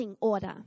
order